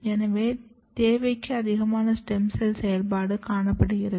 எனவே தேவைக்கு அதிகமான ஸ்டெம் செல் செயல்பாடு காணப்படுகிறது